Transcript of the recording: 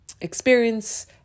experience